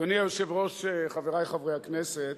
אדוני היושב-ראש, חברי חברי הכנסת,